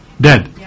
dead